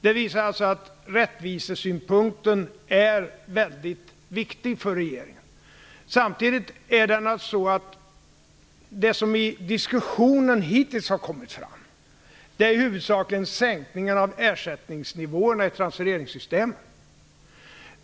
Det visar att rättvisesynpunkten är mycket viktig för regeringen. Samtidigt är det naturligtvis så, att det som hittills har kommit fram i diskussionen huvudsakligen är sänkningen av ersättningsnivåerna i transfereringssystemen.